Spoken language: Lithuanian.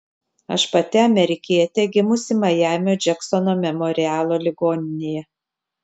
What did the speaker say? aš pati amerikietė gimusi majamio džeksono memorialo ligoninėje